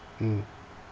mm